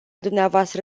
dvs